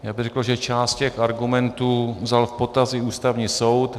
Já bych řekl, že část těch argumentů vzal v potaz i Ústavní soud.